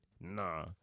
Nah